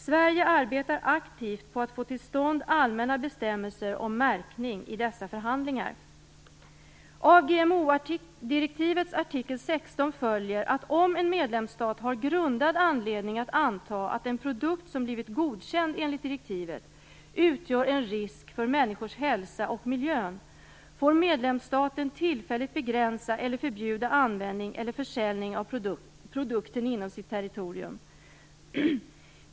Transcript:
Sverige arbetar aktivt på att få till stånd allmänna bestämmelser om märkning i dessa förhandlingar. Av GMO-direktivets artikel 16 följer att om en medlemsstat har grundad anledning att anta att en produkt som blivit godkänd enligt direktivet utgör en risk för människors hälsa och miljön, får medlemsstaten tillfälligt begränsa eller förbjuda användning eller försäljning av produkten inom sitt territorium.